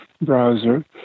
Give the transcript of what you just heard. browser